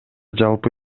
жалпы